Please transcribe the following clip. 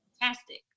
fantastic